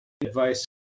advice